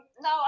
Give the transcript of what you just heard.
No